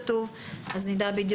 נדע.